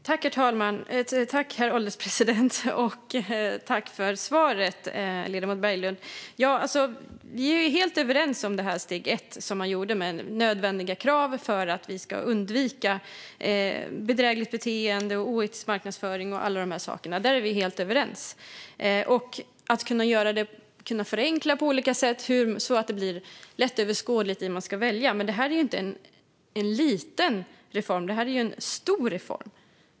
Herr ålderspresident! Tack för svaret, ledamoten Berglund! Vi är helt överens om steg ett som man tog med nödvändiga krav för att vi ska undvika bedrägligt beteende, oetisk marknadsföring och alla de här sakerna. Vi är också helt överens om att kunna förenkla på olika sätt så att det blir lättöverskådligt hur man ska välja. Men det här är inte någon liten reform. Det här är ju en stor reform!